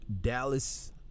Dallas